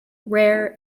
rare